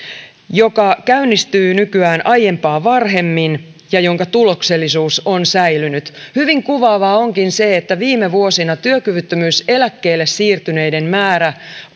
joka käynnistyy nykyään aiempaa varhemmin ja jonka tuloksellisuus on säilynyt hyvin kuvaavaa onkin se että viime vuosina työkyvyttömyyseläkkeelle siirtyneiden määrä